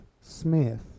Smith